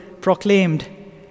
proclaimed